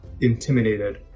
intimidated